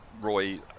Roy